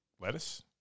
lettuce